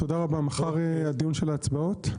מחר הדיון של ההצבעות?